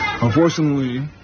Unfortunately